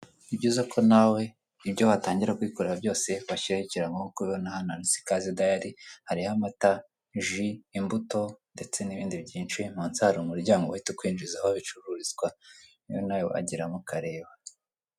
Ni byiza ko nawe ibyo watangira kwikorera byose, washyiraho ikirango nk'uko ubibona hano handitse ikaze dayari, hati yo amata, ji, imbuto ndetse n'ibindi byinshi. Munsi yaho hari umuryango uhita ukwinjiza aho bicururizwa, rero nawe wageramo ukareba.